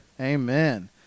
amen